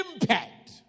impact